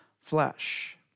flesh